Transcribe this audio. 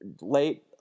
late